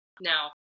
Now